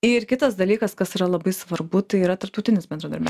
ir kitas dalykas kas yra labai svarbu tai yra tarptautinis bendradarbia